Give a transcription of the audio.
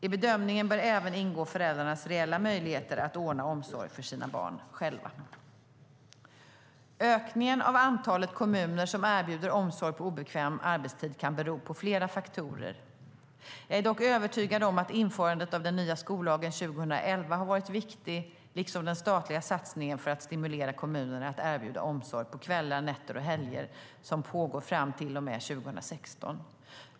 I bedömningen bör även ingå föräldrarnas reella möjligheter att själva ordna omsorg för sina barn. Ökningen av antalet kommuner som erbjuder omsorg på obekväm arbetstid kan bero på flera faktorer. Jag är dock övertygad om att införandet av den nya skollagen 2011 har varit viktig liksom den statliga satsning för att stimulera kommunerna att erbjuda omsorg på kvällar, nätter och helger som pågår fram till och med 2016.